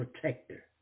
protector